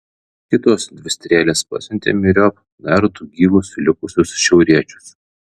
kitos dvi strėlės pasiuntė myriop dar du gyvus likusius šiauriečius